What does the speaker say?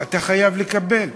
אתה חייב לקבל.